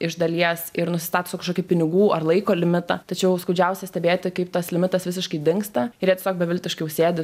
iš dalies ir nusistato tiesiog kažkokį pinigų ar laiko limitą tačiau skaudžiausia stebėti kaip tas limitas visiškai dingsta ir jie tiesiog beviltiškai jau sėdi